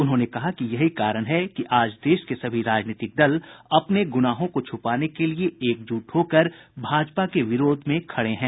उन्होंने कहा कि यही कारण है कि आज देश के सभी राजनीतिक दल अपने गुनाहों को छुपाने के लिए एकजुट होकर भाजपा के विरोध में खड़े हैं